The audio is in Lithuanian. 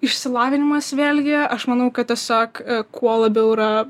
išsilavinimas vėlgi aš manau kad tiesiog kuo labiau yra